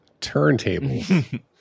Turntables